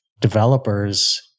developers